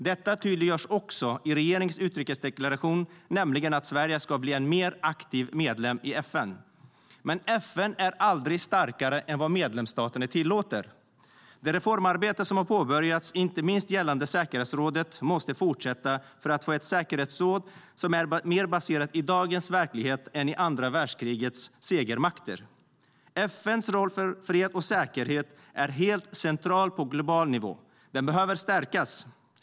Detta tydliggörs också i regeringens utrikesdeklaration, nämligen att Sverige ska bli en mer aktiv medlem i FN. Men FN är aldrig starkare än vad medlemsstaterna tillåter. Det reformarbete som har påbörjats, inte minst gällande säkerhetsrådet, måste fortsätta för att få ett säkerhetsråd som är mer baserat i dagens verklighet än i andra världskrigets segermakter. FN:s roll för fred och säkerhet är helt central på global nivå. Den behöver stärkas.